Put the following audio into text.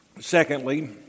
Secondly